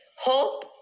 Hope